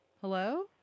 Hello